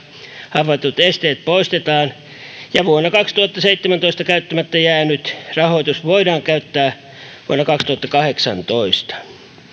havaitut esteet poistetaan ja vuonna kaksituhattaseitsemäntoista käyttämättä jäänyt rahoitus voidaan käyttää vuonna kaksituhattakahdeksantoista